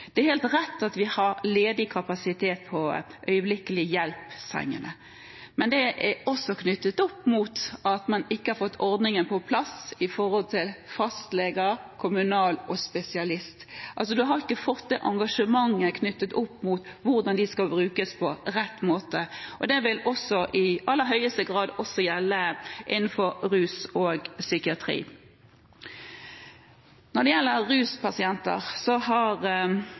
Det er helt rett at vi har ledig kapasitet på øyeblikkelig hjelp-sengene. Men det er også knyttet opp mot at man ikke har fått ordningen på plass i forhold til fastleger, kommunal og spesialist. Man har ikke fått det engasjementet knyttet til hvordan de skal brukes på rett måte. Det vil i aller høyeste grad også gjelde innenfor rus og psykiatri. Når det gjelder ruspasienter, har